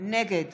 נגד